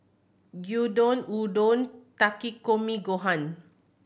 Gyudon Udon Takikomi Gohan